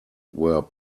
were